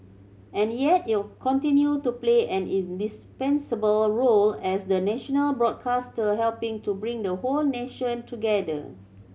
and yet it'll continue to play an indispensable role as the national broadcaster helping to bring the whole nation together